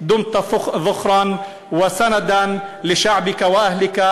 להלן תרגומם: פרופ' סלים חאג' יחיא,